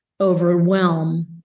overwhelm